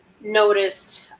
noticed